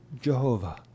Jehovah